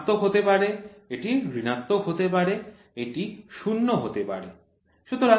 এটি ধনাত্মক হতে পারে এটি ঋণাত্মক হতে পারে এটি শূন্য হতে পারে